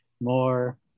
more